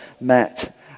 met